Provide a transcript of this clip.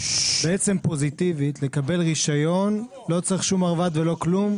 בעצם פוזיטיבית לקבל רישיון לא צריך שום מרב"ד ולא כלום.